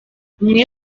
umwe